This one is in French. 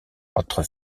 entre